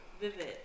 vivid